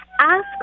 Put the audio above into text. Ask